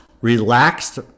relaxed